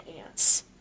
ants